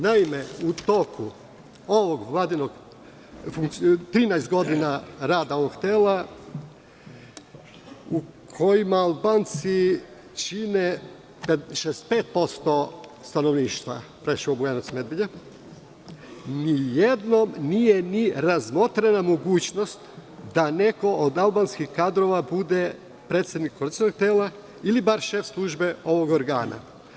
Naime, u toku 13 godina rada ovog tela, gde Albanci čine 65% stanovništva Preševa, Bujanovca i Medveđe, ni jednom nije razmotrena mogućnost da neko od albanskih kadrova bude predsednik koordinacionog tela ili bar šef službe ovog organa.